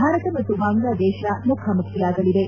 ಭಾರತ ಮತ್ತು ಬಾಂಗ್ಲಾದೇಶ ಮುಖಾಮುಖಿಯಾಗಲಿವೆ